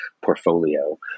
portfolio